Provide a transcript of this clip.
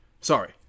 Sorry